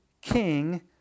king